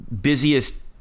busiest